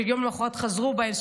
ויום למוחרת חזרו בהם.